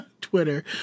twitter